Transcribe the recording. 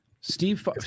Steve